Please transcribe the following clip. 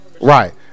Right